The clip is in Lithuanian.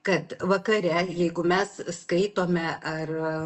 kad vakare jeigu mes skaitome ar